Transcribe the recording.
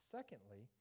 Secondly